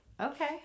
Okay